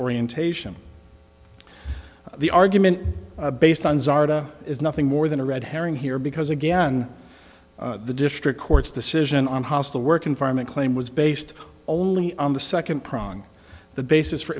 orientation the argument based on zoraida is nothing more than a red herring here because again the district court's decision on hostile work environment claim was based only on the second prong the basis for